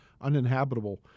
uninhabitable